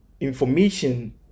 information